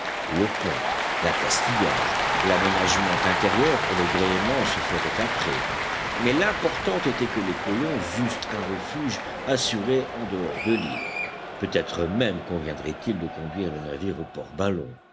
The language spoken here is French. le pont l'accastillage l'aménagement intérieur et le gréement se feraient après mais l'important était que les colons eussent un refuge assuré en dehors de l'île peut-être même conviendrait-il de conduire le navire au